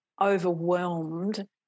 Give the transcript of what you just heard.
overwhelmed